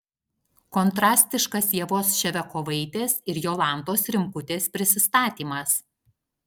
kontrastiškas ievos ševiakovaitės ir jolantos rimkutės prisistatymas